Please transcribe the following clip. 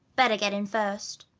better get in first.